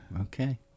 Okay